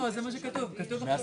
זה מה שכתוב, כתוב ימי עסקים.